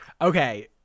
Okay